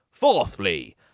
Fourthly